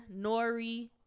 Nori